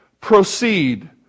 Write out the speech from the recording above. proceed